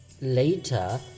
later